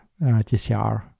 TCR